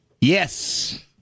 Yes